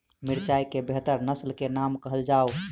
मिर्चाई केँ बेहतर नस्ल केँ नाम कहल जाउ?